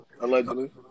allegedly